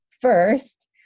first